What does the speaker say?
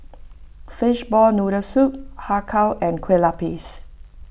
Fishball Noodle Soup Har Kow and Kueh Lapis